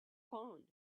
pond